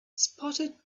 spotted